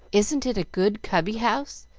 isn't it a good cubby-house?